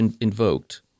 invoked